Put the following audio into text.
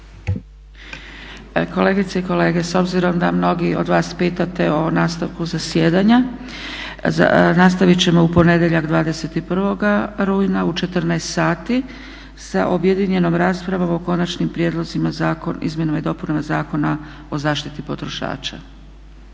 Kolegice i kolege, s obzirom da mnogi od vas pitate o nastavku zasjedanja. Nastaviti ćemo u ponedjeljak 21. rujna u 14. sati sa objedinjenom raspravom o Konačnim prijedlozima zakona, izmjenama i dopunama Zakona o zaštiti potrošača.